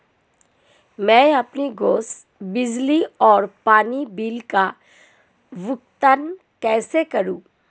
मैं अपने गैस, बिजली और पानी बिल का भुगतान कैसे करूँ?